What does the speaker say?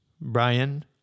Brian